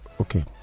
Okay